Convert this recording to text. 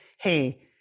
hey